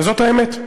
וזאת האמת.